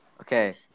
Okay